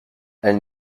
elle